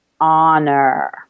honor